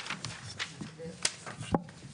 "רישיון".